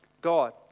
God